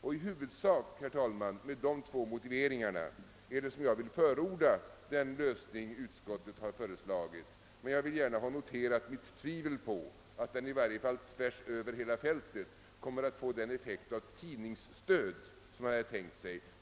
I huvudsak med dessa två motiveringar vill jag förorda den lösning som utskottet har föreslagit, men jag vill gärna ha noterat mitt tvivel på att den i varje fall tvärs över hela fältet kommer att få den effekt av tidningsstöd som man har tänkt sig.